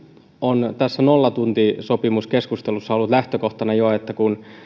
on tässä nollatuntisopimuskeskustelussa ollut jo lähtökohtana että